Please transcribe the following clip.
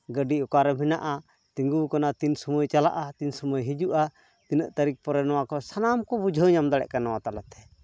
ᱜᱟᱹᱰᱤ ᱚᱠᱟᱨᱮ ᱢᱮᱱᱟᱜᱼᱟ ᱛᱤᱸᱜᱩ ᱠᱟᱱᱟ ᱛᱤᱱ ᱥᱚᱢᱚᱭ ᱪᱟᱞᱟᱜᱼᱟ ᱛᱤᱱ ᱥᱚᱢᱚᱭ ᱦᱤᱡᱩᱜᱼᱟ ᱛᱤᱱᱟᱹᱜ ᱛᱟᱹᱨᱤᱠᱷ ᱯᱚᱨᱮ ᱱᱚᱣᱟᱠᱚ ᱥᱟᱱᱟᱢ ᱠᱚ ᱵᱩᱡᱷᱟᱹᱣᱧᱟᱢ ᱫᱟᱲᱮᱭᱟᱜ ᱠᱟᱱᱟ ᱱᱚᱣᱟ ᱛᱟᱞᱟᱛᱮ